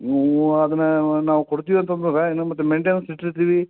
ನೀವು ಅದನ್ನು ನಾವು ಕೊಡ್ತೀವಿ ಅಂತಂದ್ರೂ ಇನ್ನೊಂದು ಮತ್ತು ಮೇಯ್ನ್ಟೆನೆನ್ಸ್ ಇಟ್ಟಿರ್ತೀವಿ